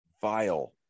vile